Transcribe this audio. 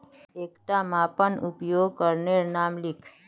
एकटा मापन उपकरनेर नाम लिख?